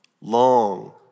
long